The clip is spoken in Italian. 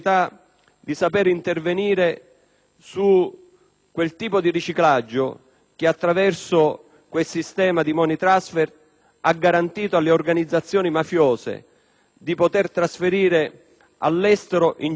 su quel tipo di riciclaggio che, attraverso il sistema di *money transfer*, ha garantito alle organizzazioni mafiose di trasferire all'estero ingenti quantità di risorse finanziarie.